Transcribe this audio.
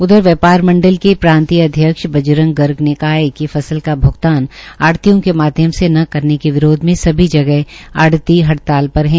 उधर व्यापार मंडल के प्रांतीय अध्यक्ष बजरंग पूनिया ने कहा है कि फसल का भ्गतान आढ़तियों के माध्यम से न करने के विरोध मे सभी जगह आढ़ती हड़ताल पर है